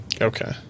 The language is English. Okay